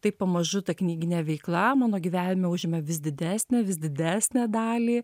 taip pamažu ta knyginė veikla mano gyvenime užima vis didesnę vis didesnę dalį